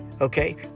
Okay